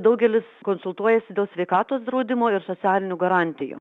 daugelis konsultuojasi dėl sveikatos draudimo ir socialinių garantijų